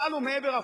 מעל ומעבר,